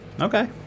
Okay